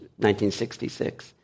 1966